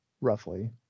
roughly